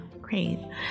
great